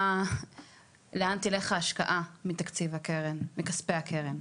לאן תלך ההשקעה מכספי הקרן.